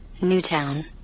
Newtown